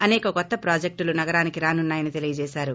అసేక కొత్త ప్రాజెక్టులు నగరానికి రానున్నాయని తెలియజేశారు